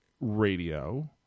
radio